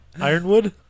Ironwood